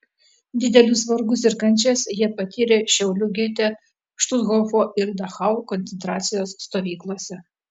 didelius vargus ir kančias jie patyrė šiaulių gete štuthofo ir dachau koncentracijos stovyklose